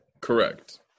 Correct